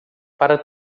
para